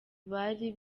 bari